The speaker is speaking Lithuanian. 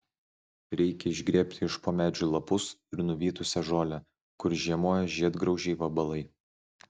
reikia išgrėbti iš po medžių lapus ir nuvytusią žolę kur žiemoja žiedgraužiai vabalai